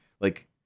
like-